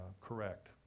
correct